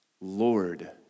Lord